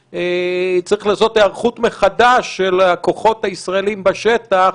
היערכות מחדש של הכוחות הישראליים בשטח